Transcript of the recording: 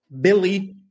Billy